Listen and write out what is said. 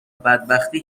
بدبختی